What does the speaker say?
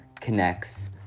connects